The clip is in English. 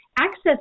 access